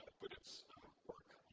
put its work